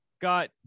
Got